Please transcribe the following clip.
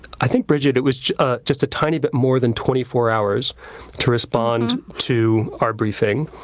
i think, bridget, it was ah just a tiny bit more than twenty four hours to respond to our briefing,